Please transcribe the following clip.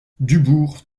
dubourg